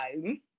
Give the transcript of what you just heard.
home